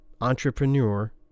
entrepreneur